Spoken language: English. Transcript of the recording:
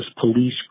police